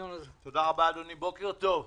תודה רבה אדוני, בוקר טוב.